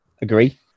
agree